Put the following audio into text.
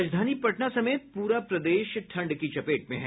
राजधानी पटना समेत पूरा प्रदेश ठंड की चपेट में है